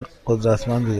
قدرتمندی